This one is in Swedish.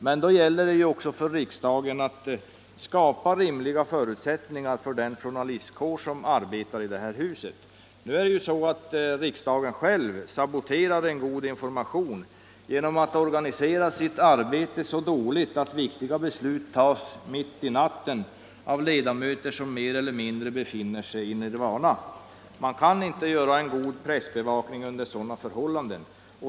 Men då gäller det också för riksdagen att skapa rimliga förutsättningar för den journalistkår som arbetar i det här huset. Riksdagen själv saboterar en god information genom att organisera sitt arbete så dåligt att viktiga beslut tas mitt i natten av ledamöter som mer eller mindre befinner sig i nirvana. Man kan inte åstadkomma en god pressbevakning under sådana förhållanden.